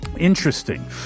Interesting